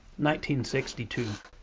1962